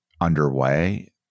underway